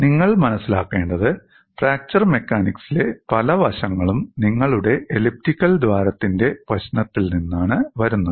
നിങ്ങൾ മനസ്സിലാക്കേണ്ടത് ഫ്രാക്ചർ മെക്കാനിക്സിലെ പല വശങ്ങളും നിങ്ങളുടെ എലിപ്റ്റിക്കൽ ദ്വാരത്തിന്റെ പ്രശ്നത്തിൽ നിന്നാണ് വരുന്നത്